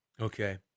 Okay